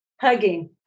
hugging